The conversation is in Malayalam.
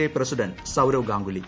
I president Sourav Ganguly